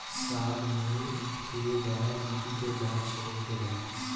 साल मे केए बार मिट्टी के जाँच होखेला?